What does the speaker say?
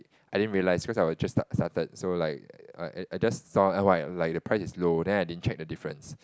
I didn't realise because I was just start started so like so I I I just saw like the price is low then I didn't check the difference